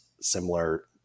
similar